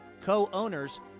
co-owners